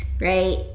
right